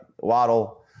waddle